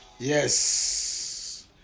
Yes